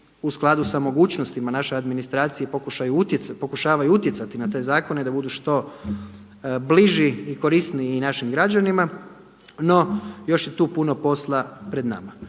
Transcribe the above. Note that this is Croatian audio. u skladu sa mogućnostima naše administracije pokušavaju utjecati na te zakone da budu što bliži i korisniji našim građanima. No, još je tu puno posla pred nama.